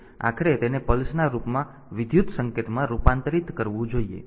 તેથી આખરે તેને પલ્સના રૂપમાં વિદ્યુત સંકેતમાં રૂપાંતરિત કરવું જોઈએ